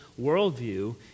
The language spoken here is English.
worldview